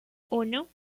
uno